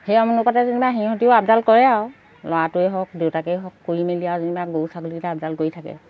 সেই যেনিবা সিহঁতিও আপডাল কৰে আৰু ল'ৰাটোৱেই হওক দেউতাকেই হওক কৰি মেলি আৰু যেনিবা গৰু ছাগলীকেইটা আপডাল কৰি থাকে